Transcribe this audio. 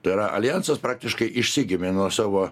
tai yra aljansas praktiškai išsigimė nuo savo